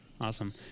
awesome